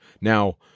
Now